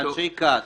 אנשי כת,